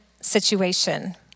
situation